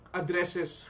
addresses